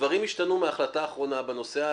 ודברים השתנו מההחלטה האחרונה בנושא הביטחוני,